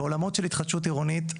בעולמות של התחדשות עירונית,